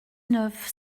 neuf